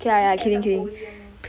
maybe have some holy [one]